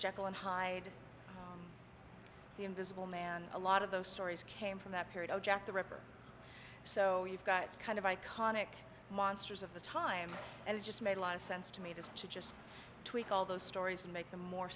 jekyll and hyde the invisible man a lot of those stories came from that period of jack the ripper so you've got kind of iconic monsters of the time and it just made a lot of sense to me that she just tweak all those stories and make them more